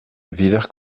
villers